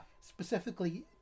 Specifically